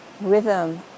rhythm